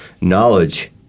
knowledge